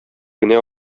генә